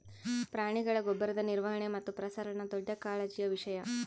ಪ್ರಾಣಿಗಳ ಗೊಬ್ಬರದ ನಿರ್ವಹಣೆ ಮತ್ತು ಪ್ರಸರಣ ದೊಡ್ಡ ಕಾಳಜಿಯ ವಿಷಯ